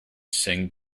sank